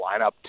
lineup